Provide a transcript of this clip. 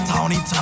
Tony